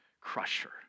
crusher